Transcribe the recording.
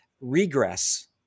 regress